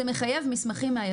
זה מחייב מסמכים מהיצרן.